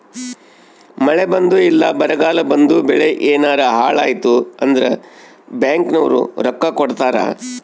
ಮಳೆ ಬಂದು ಇಲ್ಲ ಬರಗಾಲ ಬಂದು ಬೆಳೆ ಯೆನಾರ ಹಾಳಾಯ್ತು ಅಂದ್ರ ಬ್ಯಾಂಕ್ ನವ್ರು ರೊಕ್ಕ ಕೊಡ್ತಾರ